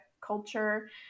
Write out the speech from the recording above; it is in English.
culture